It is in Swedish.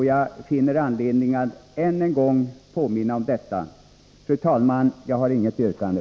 Jag finner anledning att än en gång påminna om detta. Fru talman! Jag har inget yrkande.